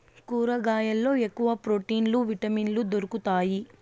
కూరగాయల్లో ఎక్కువ ప్రోటీన్లు విటమిన్లు దొరుకుతాయి